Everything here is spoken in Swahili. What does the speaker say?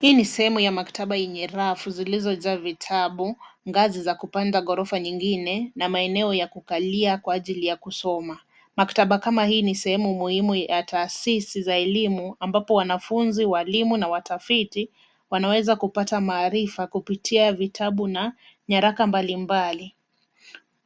Hii ni sehemu ya maktaba yenye rafu zilizojaa vitabu, ngazi za kupanda gorofa nyingine na maeneo ya kukalia kwa ajili ya kusoma. Maktaba kama hii ni sehemu muhimu ya taasisi za elimu ambapo wanafunzi, walimu na watafiti wanaweza kupata maarifa kupitia vitabu na nyaraka mbalimbali.